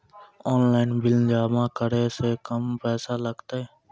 Online bill जमा करै से कम पैसा लागतै?